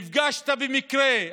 נפגשת במקרה,